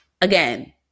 Again